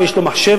ומחשב,